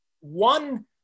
one